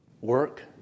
Work